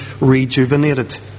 rejuvenated